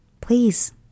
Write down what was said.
please